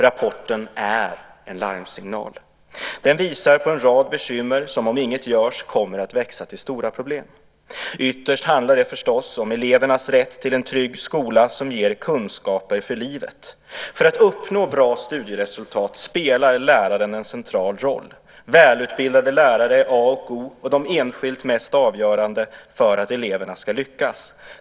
Rapporten är en larmsignal. Den visar på en rad bekymmer som om inget görs kommer att växa till stora problem. Ytterst handlar det förstås om elevernas rätt till en trygg skola som ger kunskaper för livet. För att uppnå bra studieresultat spelar läraren en central roll. Välutbildade lärare är A och O och de enskilt mest avgörande för att eleverna ska lyckas.